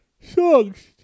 songs